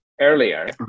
earlier